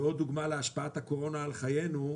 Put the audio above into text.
כעוד דוגמא להשפעת הקורונה על חיינו.